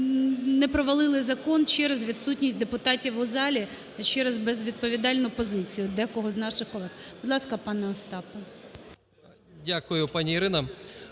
не провалили закон через відсутність депутатів у залі, через безвідповідальну позицію декого з наших колег. Будь ласка, пане Остапе. 13:37:58